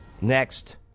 next